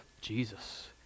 Jesus